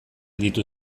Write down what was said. ditu